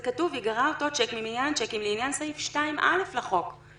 כתוב: "ייגרע אותו צ'ק ממניין הצ'קים לעניין סעיף 2(א) לחוק.